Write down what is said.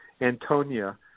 Antonia